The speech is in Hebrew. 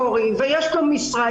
שהוא תפקיד סטטוטורי ויש לו משרה,